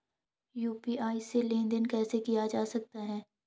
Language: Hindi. यु.पी.आई से लेनदेन कैसे किया जा सकता है?